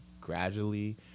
gradually